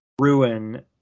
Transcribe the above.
ruin